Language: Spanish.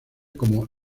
como